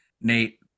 nate